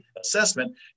assessment